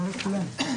הישיבה ננעלה בשעה